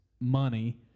money